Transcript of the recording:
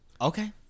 Okay